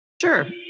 Sure